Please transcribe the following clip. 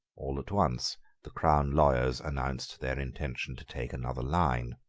all at once the crown lawyers announced their intention to take another line.